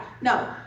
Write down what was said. No